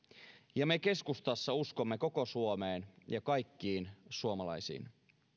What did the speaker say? ja me keskustassa uskomme koko suomeen ja kaikkiin suomalaisiin